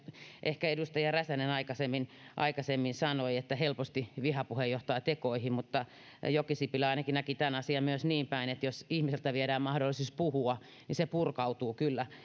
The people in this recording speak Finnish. ehkä edustaja räsänen aikaisemmin aikaisemmin sanoi että helposti vihapuhe johtaa tekoihin jokisipilä ainakin näki tämän asian myös niin päin että jos ihmiseltä viedään mahdollisuus puhua niin se purkautuu kyllä